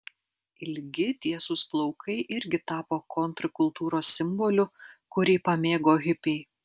ilgi tiesūs plaukai irgi tapo kontrkultūros simboliu kurį pamėgo hipiai